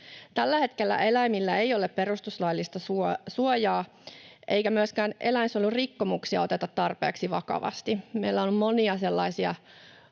Tällä hetkellä eläimillä ei ole perustuslaillista suojaa eikä myöskään eläinsuojelurikkomuksia oteta tarpeeksi vakavasti. Meillä on monia sellaisia